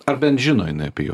ar bent žino jinai apie juos